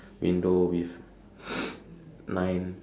window with nine